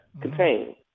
Contain